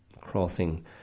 crossing